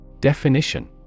Definition